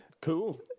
cool